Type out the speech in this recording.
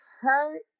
hurt